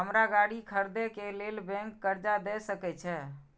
हमरा गाड़ी खरदे के लेल बैंक कर्जा देय सके छे?